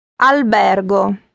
albergo